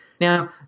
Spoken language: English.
Now